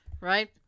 right